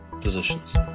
positions